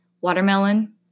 watermelon